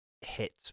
hits